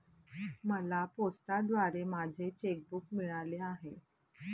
मला पोस्टाद्वारे माझे चेक बूक मिळाले आहे